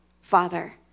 father